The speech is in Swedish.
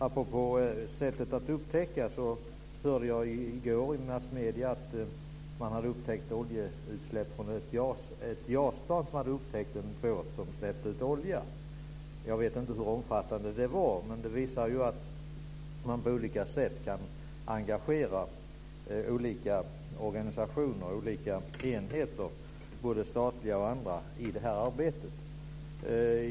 Apropå sätt att upptäcka: Jag hörde i går i massmedierna att man från ett JAS-plan hade upptäckt en båt som släppte ut olja. Jag vet inte hur omfattande det var. Det visar att man på olika sätt kan engagera olika organisationer och olika enheter, både statliga och andra, i arbetet.